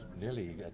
nearly